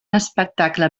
espectacle